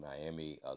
Miami